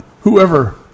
Whoever